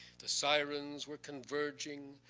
the sirens were converging,